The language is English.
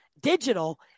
digital